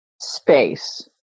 space